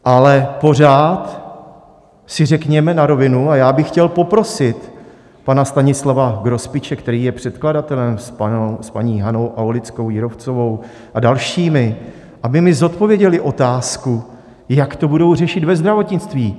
Ale pořád si řekněme na rovinu a já bych chtěl poprosit pana Stanislava Grospiče, který je předkladatelem s paní Hanou Aulickou Jírovcovou a dalšími, aby mi zodpověděli otázku, jak to budou řešit ve zdravotnictví.